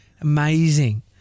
Amazing